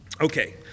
Okay